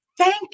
Thank